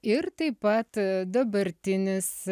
ir taip pat dabartinis